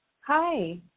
Hi